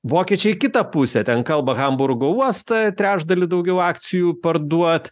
vokiečiai į kitą pusę ten kalba hamburgo uostą trečdalį daugiau akcijų parduot